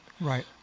Right